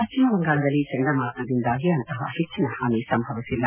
ಪಶ್ಲಿಮ ಬಂಗಾಳದಲ್ಲಿ ಚಂಡಮಾರುತದಿಂದಾಗಿ ಅಂತಹ ಹೆಚ್ಲಿನ ಹಾನಿ ಸಂಭವಿಸಿಲ್ಲ